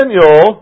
Daniel